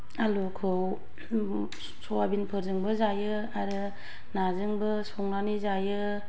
आलुखौ सयाबिनफोरजोंबो जायो आरो नाजोंबो संनानै जायो